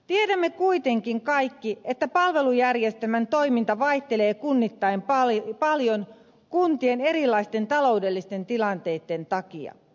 tiedämme kuitenkin kaikki että palvelujärjestelmän toiminta vaihtelee kunnittain paljon kuntien erilaisten taloudellisten tilanteitten takia